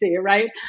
right